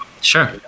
Sure